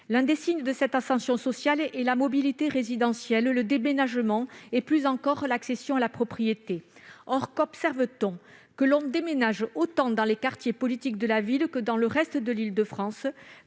L'un des signes de cette ascension sociale est la mobilité résidentielle, le déménagement et, plus encore, l'accession à la propriété. Or qu'observe-t-on ? On constate que l'on déménage autant dans les quartiers prioritaires de la politique de la ville que dans le reste de l'Île-de-France,